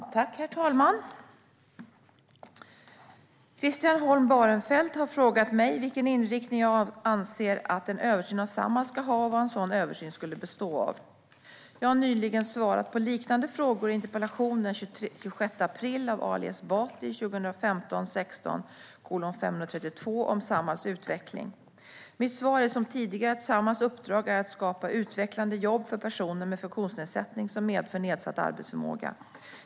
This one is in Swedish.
Svar på interpellationer Herr talman! Christian Holm Barenfeld har frågat mig vilken inriktning jag anser att en översyn av Samhall ska ha och vad en sådan översyn skulle bestå av. Jag har nyligen svarat på liknande frågor i interpellationen den 26 april av Ali Esbati 2015/16:532 om Samhalls utveckling. Mitt svar är som tidigare att Samhalls uppdrag är att skapa utvecklande jobb för personer med funktionsnedsättning som medför nedsatt arbetsförmåga.